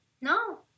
No